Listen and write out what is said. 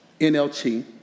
NLT